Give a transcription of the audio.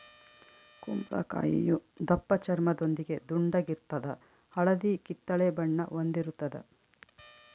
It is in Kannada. ಕುಂಬಳಕಾಯಿಯು ದಪ್ಪಚರ್ಮದೊಂದಿಗೆ ದುಂಡಾಗಿರ್ತದ ಹಳದಿ ಕಿತ್ತಳೆ ಬಣ್ಣ ಹೊಂದಿರುತದ